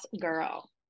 girl